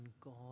God